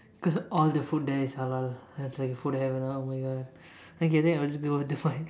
cause all the food there is halal I tell you the food heaven ah oh my god okay then it was it was the fine